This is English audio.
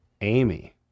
amy